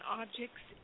objects